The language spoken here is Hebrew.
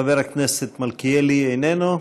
חבר הכנסת מלכיאלי, איננו.